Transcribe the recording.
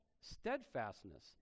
steadfastness